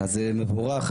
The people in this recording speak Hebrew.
זה מבורך.